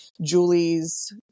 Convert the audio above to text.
Julie's